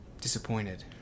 disappointed